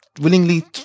willingly